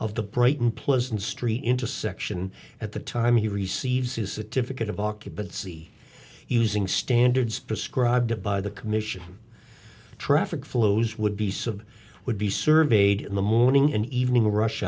of the brighton pleasant street intersection at the time he receives his a difficult of occupancy using standards prescribed by the commission traffic flows would be served would be surveyed in the morning and evening rush